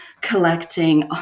collecting